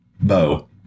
bow